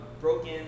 broken